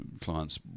clients